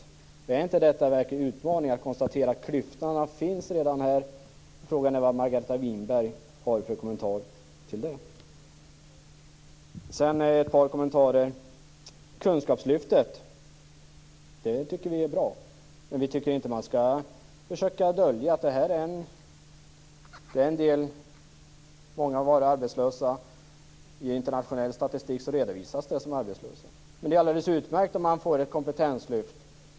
Detta är en verklig utmaning att konstatera att klyftorna redan finns här. Frågan är vad Margareta Winberg har för kommentar till det. Sedan ett par ytterligare kommentarer. Kunskapslyftet tycker vi är bra. Men vi tycker inte att man skall försöka dölja att många har varit arbetslösa. I internationell statistik redovisas det som arbetslösa. Det är alldeles utmärkt om man får ett kompetenslyft.